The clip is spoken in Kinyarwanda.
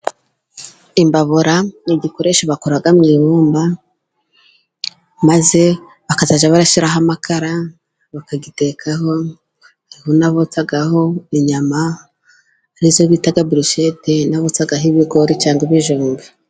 Imbaburara ni igikoresho bakora mu ibumba, maze bakazajya barashyiraho amakara bakagitekaho, hariho n'abotsaho inyama ari zo bita burushete, n'abotsaho ibigori cyangwa ibijumba.